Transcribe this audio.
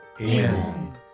Amen